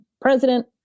president